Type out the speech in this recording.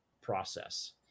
process